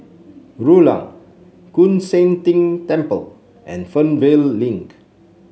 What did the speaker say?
Rulang Koon Seng Ting Temple and Fernvale Link